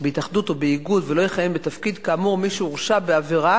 בהתאחדות או באיגוד ולא יכהן בתפקיד כאמור מי שהורשע בעבירה